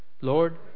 Lord